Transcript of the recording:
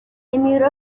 emigró